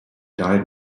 died